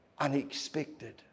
unexpected